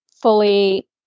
fully